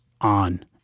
on